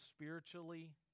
spiritually